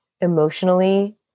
emotionally